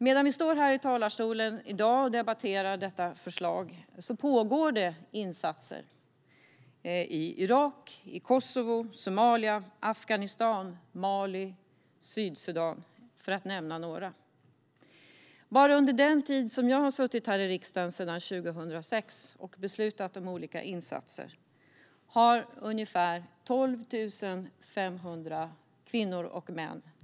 Medan vi i dag debatterar detta förslag pågår insatser i Irak, Kosovo, Somalia, Afghanistan, Mali och Sydsudan, för att nämna några. Bara under den tid som jag har suttit här i riksdagen och beslutat om olika insatser, sedan 2006, har ungefär 12 500 kvinnor och män skickats iväg.